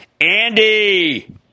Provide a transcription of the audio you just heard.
Andy